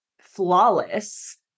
flawless